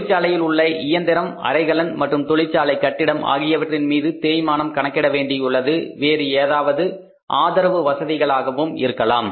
தொழிற்சாலையில் உள்ள இயந்திரம் அறைகலன் அல்லது தொழிற்சாலை கட்டிடம் ஆகியவற்றின் மீது தேய்மானம் கணக்கிட வேண்டியுள்ளது வேறு ஏதாவது ஆதரவு வசதிகளாகவும் இருக்கலாம்